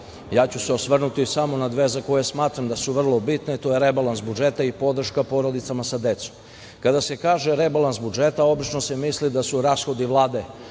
reda, osvrnuću se samo na dve za koje smatram da su vrlo bitne. To je rebalans budžeta i podrška porodicama sa decom. Kada se kaže rebalans budžeta, obično se misli da su rashodi Vlade